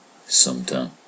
sometime